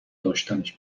داشتنش